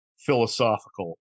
philosophical